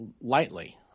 lightly